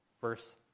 verse